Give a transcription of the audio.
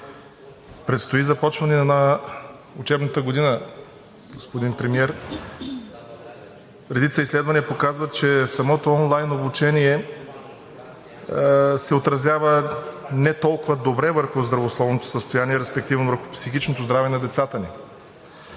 Предстои започване на учебната година, господин Премиер. Редица изследвания показват, че самото онлайн обучение се отразява не толкова добре върху здравословното състояние, респективно върху психичното здраве на децата ни.